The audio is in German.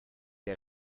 der